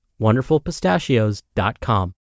wonderfulpistachios.com